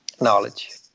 knowledge